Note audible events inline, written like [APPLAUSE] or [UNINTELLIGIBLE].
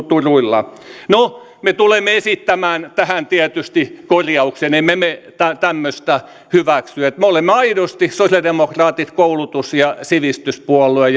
[UNINTELLIGIBLE] turuilla no me tulemme esittämään tähän tietysti korjauksen emme me me tämmöistä hyväksy me olemme aidosti sosialidemokraatit koulutus ja sivistyspuolue [UNINTELLIGIBLE]